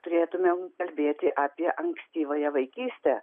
turėtumėm kalbėti apie ankstyvąją vaikystę